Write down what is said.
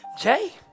Jay